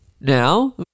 now